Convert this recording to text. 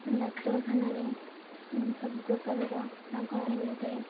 ଡାକ୍ତରଖାନାରେ ସବୁପ୍ରକାରର ମାଗଣାରେ ମିଳିଥାଏ